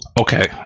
Okay